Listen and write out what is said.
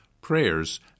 prayers